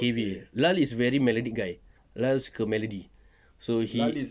heavy lal is very melodic guy lal suka melody so he